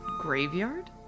graveyard